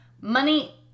money